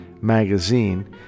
Magazine